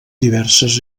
diverses